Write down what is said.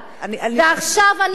עכשיו אני אומרת,